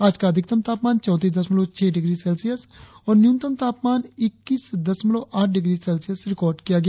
आज का अधिकतम तापमान चौतीस दशमलव छह डिग्री सेल्सियस और न्यूनतम तापमान इक्कीस दशमलव आठ डिग्री सेल्सियस रिकार्ड किया गया